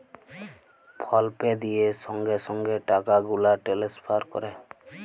ফল pay দিঁয়ে সঙ্গে সঙ্গে টাকা গুলা টেলেসফার ক্যরে